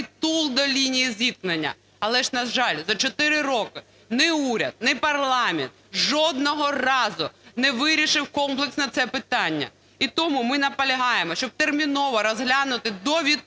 притул до лінії зіткнення, але ж, на жаль, за чотири роки ні уряд, ні парламент жодного разу не вирішив комплексно це питання. І тому ми наполягаємо, щоб терміново розглянути, до відпустки